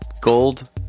Gold